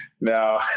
No